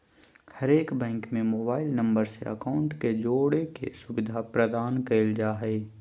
हरेक बैंक में mobile number से अकाउंट के जोड़े के सुविधा प्रदान कईल जा हइ